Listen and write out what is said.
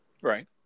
Right